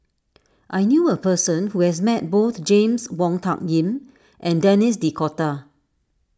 I knew a person who has Met both James Wong Tuck Yim and Denis D'Cotta